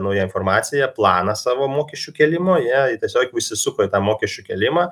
naują informaciją planą savo mokesčių kėlimo jie tiesiog nusisuko į tą mokesčių kėlimą